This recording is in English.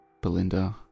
Belinda